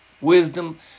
wisdom